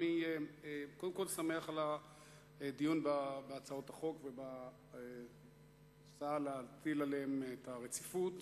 אני שמח על הדיון בהצעות החוק ובהצעה להחיל עליהן את הרציפות.